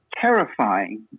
terrifying